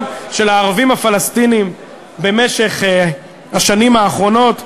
של הערבים הפלסטינים במשך השנים האחרונות.